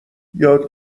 یاد